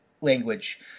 language